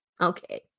okay